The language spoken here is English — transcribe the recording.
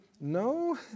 No